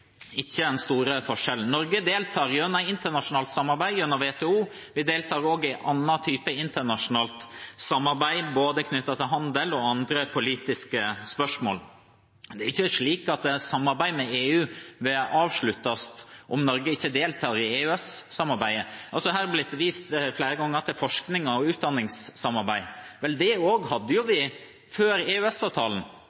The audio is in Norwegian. ikke den store forskjellen. Norge deltar i internasjonalt samarbeid gjennom WTO. Vi deltar også i andre typer internasjonalt samarbeid, knyttet til både handel og andre politiske spørsmål. Det er ikke slik at samarbeidet med EU vil avsluttes om Norge ikke deltar i EØS-samarbeidet. Her er det flere ganger blitt vist til forskning og utdanningssamarbeid, og det hadde vi også før EØS-avtalen. Det er ikke bare Norge, Island og